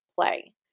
play